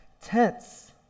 tense